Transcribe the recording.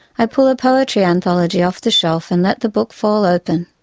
i pull a poetry anthology off the shelf and let the book fall open.